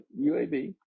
UAB